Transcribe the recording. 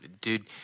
Dude